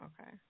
Okay